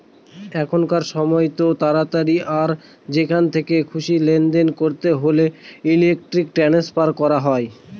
এখনকার সময়তো তাড়াতাড়ি আর যেখান থেকে খুশি লেনদেন করতে হলে ইলেক্ট্রনিক ট্রান্সফার করা হয়